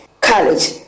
College